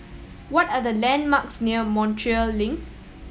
what are the landmarks near Montreal Link